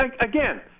again